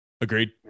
Agreed